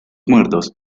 muertos